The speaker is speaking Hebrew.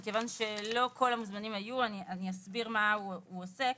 כיוון שלא כל המוזמנים היו אני אסביר מה הוא עושה.